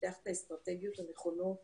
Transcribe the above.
לפתח את האסטרטגיות הנכונות